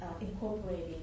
incorporating